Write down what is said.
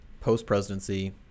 post-presidency